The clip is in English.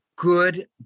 Good